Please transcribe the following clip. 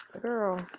Girl